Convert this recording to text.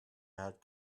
had